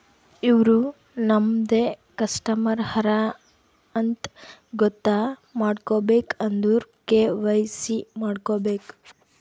ಇವ್ರು ನಮ್ದೆ ಕಸ್ಟಮರ್ ಹರಾ ಅಂತ್ ಗೊತ್ತ ಮಾಡ್ಕೋಬೇಕ್ ಅಂದುರ್ ಕೆ.ವೈ.ಸಿ ಮಾಡ್ಕೋಬೇಕ್